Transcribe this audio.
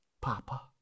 Papa